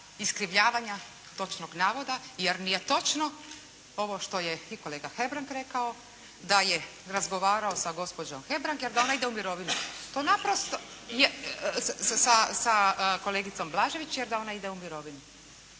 iskrivljavanja točnog navoda jer nije točno ovo što je i kolega Hebrang rekao da je razgovarao sa gospođom Hebrang jer da ona ide u mirovinu. To naprosto… …/Upadica se ne čuje./… Sa kolegicom Blažević jer da ona ide u mirovinu.